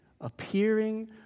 appearing